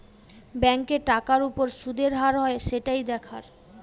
ব্যাংকে টাকার উপর শুদের হার হয় সেটাই দেখার